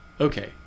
okay